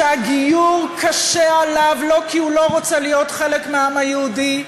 שהגיור קשה עליו לא כי הוא לא רוצה להיות חלק מהעם היהודי,